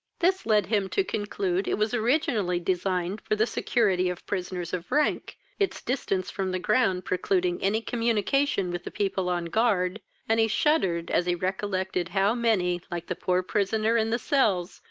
this led him to conclude it was originally designed for the security of prisoners of rank, its distance from the ground precluding any communication with the people on guard and he shuddered as he recollected how many, like the poor prisoner in the cells,